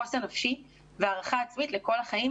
חוסן נפשי והערכה עצמית לכל החיים,